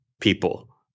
people